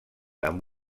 amb